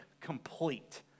complete